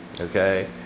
Okay